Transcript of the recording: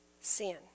sin